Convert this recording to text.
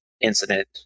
incident